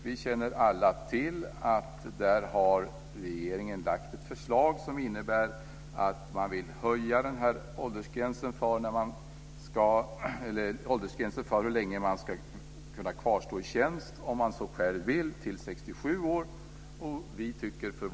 Vi känner alla till att regeringen har lagt fram ett förslag som innebär att man vill höja åldersgränsen för hur länge man ska kunna kvarstå i tjänst - till 67 år, om man så vill.